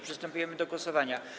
Przystępujemy do głosowania.